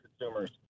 consumers